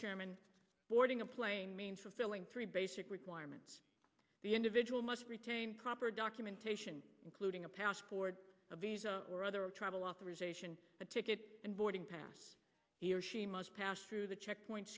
chairman boarding a plane means fulfilling three basic requirements the individual must retain proper documentation including a passport a visa or other travel authorization a ticket and boarding pass he or she must pass through the checkpoint